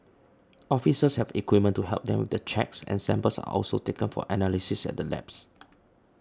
officers have equipment to help them with the checks and samples are also taken for analysis at the labs